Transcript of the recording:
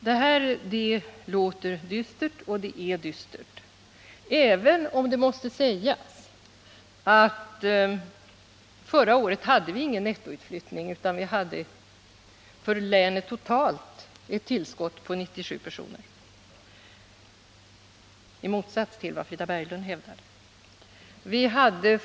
Det här låter dystert och är också dystert, även om det måste sägas att vi förra året, i motsats till vad Frida Berglund hävdade, inte hade någon nettoutflyttning utan tvärtom totalt sett ett nettotillskott på 97 personer.